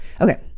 Okay